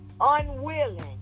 unwilling